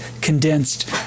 condensed